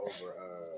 over